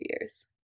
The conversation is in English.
years